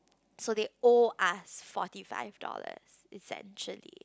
so they owe us forty five dollars essentially